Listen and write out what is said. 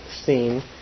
scene